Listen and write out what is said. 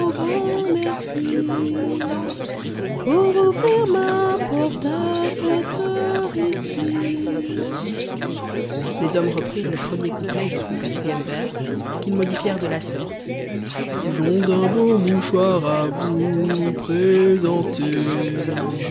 cette heure ici les hommes reprirent le premier couplet jusqu'au quatrième vers qu'ils modifièrent de la sorte j'ons un beau mouchoir à vous présenter